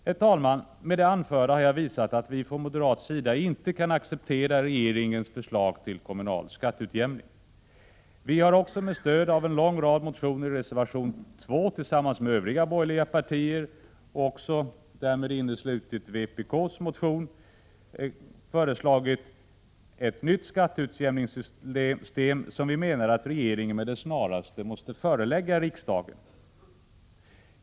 Herr talman! Med det anförda har jag visat att vi från moderat sida inte kan acceptera regeringens förslag till kommunal skatteutjämning. Vi har tillsammans med övriga borgerliga partier, med stöd av en lång rad motioner, till betänkandet fogat reservation 2, i vilken vi har föreslagit ett nytt skatteutjämningssystem. Denna reservation innesluter då även en vpk-motion. Vi menar att regeringen med det snaraste måste förelägga riksdagen vårt förslag till nytt skatteutjämningssystem.